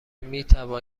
میتوان